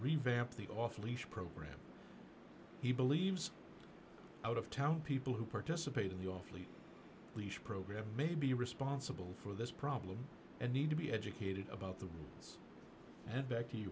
revamp the off leash program he believes out of town people who participate in the off leash leash program may be responsible for this problem and need to be educated about the